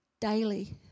daily